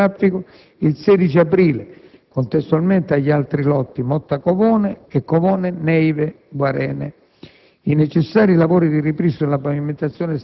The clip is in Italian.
Il lotto in questione è stato quindi inaugurato ed aperto al traffico il 16 aprile contestualmente agli altri lotti (Motta-Covone e Covone Neive Guarene).